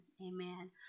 amen